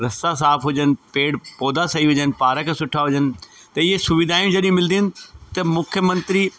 रस्ता साफ़ु हुजन पेड़ पौधा सही हुजनि पारक सुठा हुजनि त इहे सुविधाए जॾहिं मिलंदियूं आहिनि त मुख्यमंत्री